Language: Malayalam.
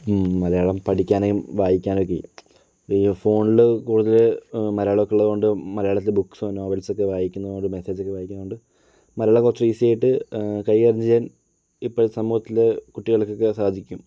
മലയാളം പഠിക്കാനും വായിക്കാനൊക്കെ ഈ ഫോണിൽ കൂടുതൽ മലയാളമൊക്കെ ഉള്ളതു കൊണ്ട് മലയാളത്തിൽ ബുക്ക്സ് നോവൽസൊക്കെ വായിക്കുന്നത് കൊണ്ട് മെസ്സേജൊക്കെ വായിക്കുന്നതു കൊണ്ട് മലളം കുറച്ച് ഈസി ആയിട്ട് കൈകാര്യം ചെയ്യാൻ ഇപ്പോൾ സമൂഹത്തിൽ കുട്ടികൾക്കൊക്കെ സാധിക്കും